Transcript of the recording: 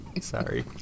Sorry